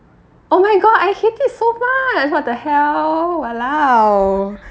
oh my god I hate it so much what the hell !walao!